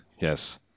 Yes